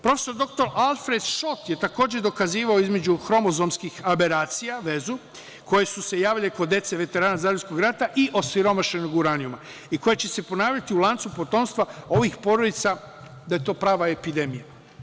Profesor dr Alfred Šot je takođe dokazivao između hromozomskih aberacija vezu, koje su se javile kod dece veterana Zalivskog rata i osiromašenog uranijuma i koja će se ponavljati u lancu potomstva ovih porodica, da je to prava epidemija.